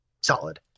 solid